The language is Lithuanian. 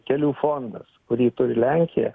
kelių fondas kurį turi lenkija